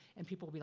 and people will be